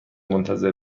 منتظر